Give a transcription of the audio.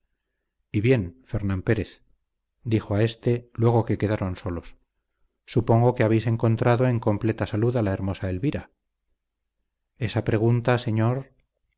y bien fernán pérez dijo a éste luego que quedaron solos supongo que habéis encontrado en completa salud a la hermosa elvira esa pregunta señor